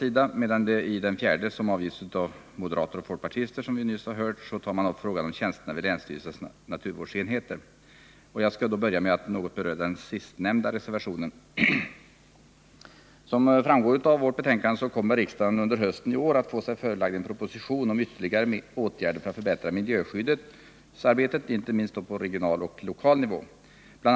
I den fjärde behandlas, som vi nyss har hört, frågan om tjänster vid länsstyrelsernas naturvårdsenheter, och denna har avgivits av moderater och folkpartister. Jag skall börja med att något beröra den sistnämnda reservationen. Som framgår av betänkandet kommer riksdagen under hösten i år att få sig förelagd en proposition om ytterligare åtgärder för att förbättra miljöskyddsarbetet, inte minst på regional och lokal nivå. BI.